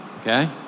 okay